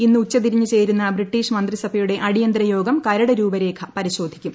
ഇന്ന് ഉച്ചതിരിഞ്ഞ് ചേരുന്ന ബ്രിട്ടീഷ് മന്ത്രിസഭയുടെ അടിയന്തരയോഗം കരട് രൂപരേഖ പരിശോധിക്കും